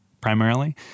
primarily